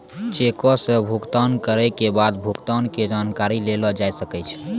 चेको से भुगतान करै के बाद भुगतान के जानकारी लेलो जाय सकै छै